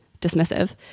dismissive